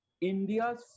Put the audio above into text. India's